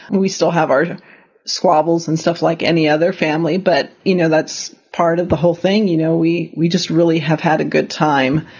and we still have our squabbles and stuff like any other family. but, you know, that's part of the whole thing. you know, we we just really have had a good time.